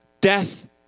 death